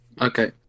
Okay